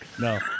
No